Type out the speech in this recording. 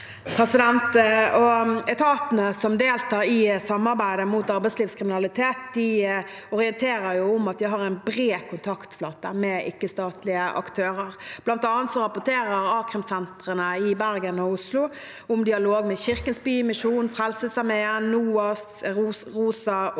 Etatene som deltar i samarbeidet mot arbeidslivskriminalitet, orienterer om at de har en bred kontaktflate med ikkestatlige aktører. Blant annet rapporterer a-krimsentrene i Bergen og Oslo om dialog med Kirkens Bymisjon, Frelsesarmeen, NOAS, ROSA og Caritas,